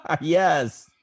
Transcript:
yes